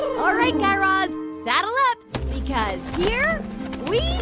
all right, guy raz. saddle up because here we